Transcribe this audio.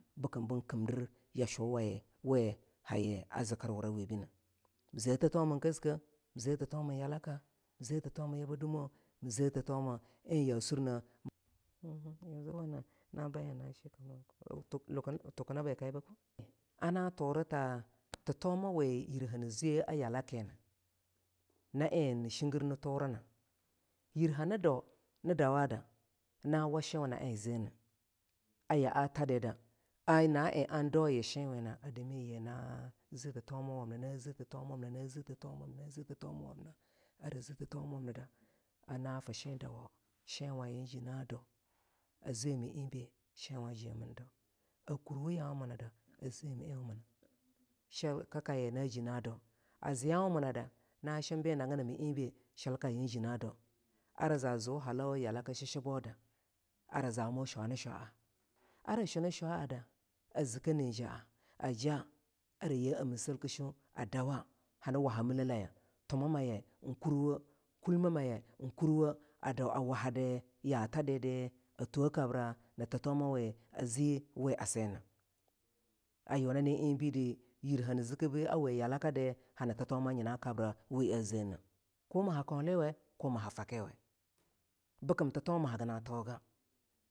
Bikim bim kimdir ya shuwaye we ha a zikirwura we binel mize ihitomidi, mii ze ihitomin koske, mii ze thitomin yalaka, mii ze thitomi yaba dumo mu ze thitoma eng ya surneh ana thurita thitonamawe yir ani zii a yalakiena na eing nii shingir i thurina yir hani dau-ni dawada na washenwa na eing zeneh a yaa tadda a na eing an dauyii shenwena dami yina zii thitomiwamna, na zi ihitomi wamna na zilhitowiwamna, na zithitomiwamna ara zie thitomi wamnida ana fii shendawo shenwaye jea na dau a zemi eingbe shenweng jena dau a kurwu ya wung da a zemi eingwi minna na shimbe nagina mi eing be shikayean jeanadau ra za zu halawa yalaki shishi boda ara zamu shwani shwaa ara shunishaeada a zike ni jaa ara ja araye amaselki shau a dawah hani waha mile aye tumamaye eing kurwo kulmamaye eing kurwo a dau a wahada yatadidi ara thoh kabra nii ihitomawi a zii we senna a Yunani eing bed yir hanzikibu we halawadi hani thi tomayi na kabra we ha zeneh ko mii ha kauliwe ko mii ha fakiweh bikim thitoma hagi na thauga.